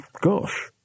gosh